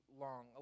long